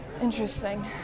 interesting